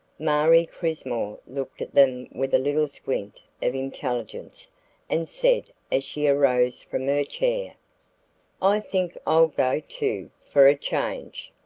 marie crismore looked at them with a little squint of intelligence and said as she arose from her chair i think i'll go, too, for a change.